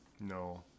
no